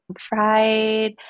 fried